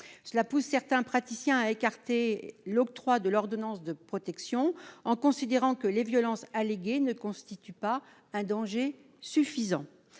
Cela pousse certains praticiens à écarter l'octroi de l'ordonnance de protection en considérant que les violences alléguées ne constituent pas un danger suffisant.